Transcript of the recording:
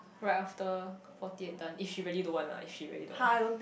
right after forty at done if she really don't want lah if she really don't want